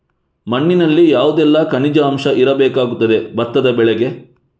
ಮಣ್ಣಿನಲ್ಲಿ ಯಾವುದೆಲ್ಲ ಖನಿಜ ಅಂಶ ಇರಬೇಕಾಗುತ್ತದೆ ಭತ್ತದ ಬೆಳೆಗೆ?